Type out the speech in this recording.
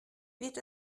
wird